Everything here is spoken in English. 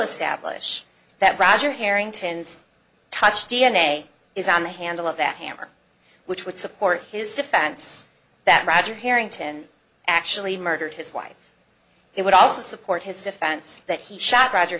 establish that roger harrington's touch d n a is on the handle of that hammer which would support his defense that roger harrington actually murdered his wife it would also support his defense that he shot roger